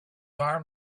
arm